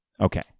Okay